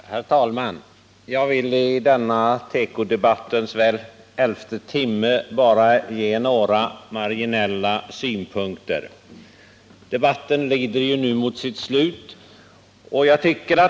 Herr talman! Jag vill i denna tekodebattens elfte timme bara ge några marginella synpunkter. Debatten lider nu mot sitt slut.